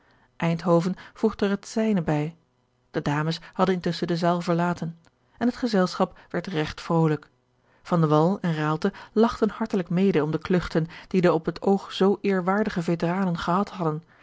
er het zijne bij de dames hadden intusschen de zaal verlaten en het gezelschap werd regt vrolijk van de wall en raalte lachten hartelijk mede om de kluchten die de op het oog zoo eerwaardige veteranen gehad hadden